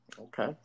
okay